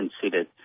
considered